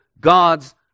God's